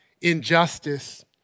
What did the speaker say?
injustice